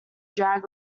drag